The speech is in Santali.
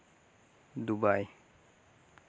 ᱫᱩᱵᱟᱭ